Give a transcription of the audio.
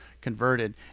converted